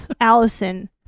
Allison